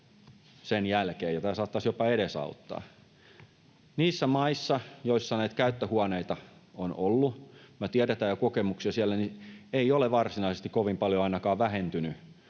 sen jälkeen, ja tämä saattaisi jopa edesauttaa sitä. Niissä maissa, joissa näitä käyttöhuoneita on ollut ja me tiedetään jo kokemuksia sieltä, eivät nämä huumekuolemat ole varsinaisesti kovin paljon ainakaan vähentyneet.